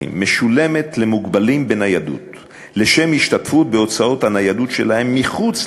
משולמת למוגבלים בניידות לשם השתתפות בהוצאות הניידות שלהם מחוץ לבית.